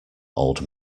old